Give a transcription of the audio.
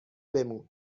بمون